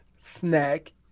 snack